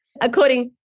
according